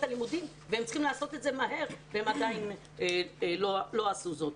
הלימודים והם צריכים לעשות את זה מהר אבל עדיין לא עשו זאת.